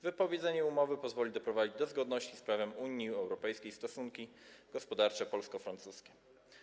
Wypowiedzenie umowy pozwoli doprowadzić do zgodności z prawem Unii Europejskiej stosunków gospodarczych polsko-francuskich.